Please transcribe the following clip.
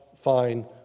fine